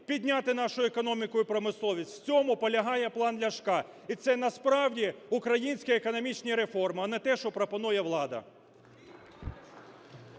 підняти нашу економіку і промисловість. В цьому полягає план Ляшка. І це насправді українські, економічні реформи, а не те, що пропонує влада.